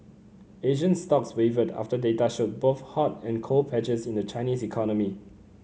Asian stocks wavered after data showed both hot and cold patches in the Chinese economy